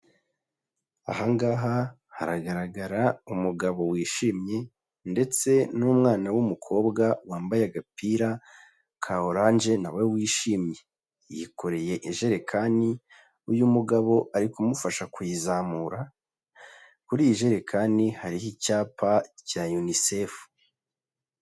Aha ngaha haragaragara umugabo wishimye ndetse n'umwana w'umukobwa wambaye agapira ka oranje na we wishimye, yikoreye ijerekani, uyu mugabo ari kumufasha kuyizamura, kuri iyi jerekani hariho icyapa cya UNICEF.